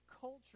culture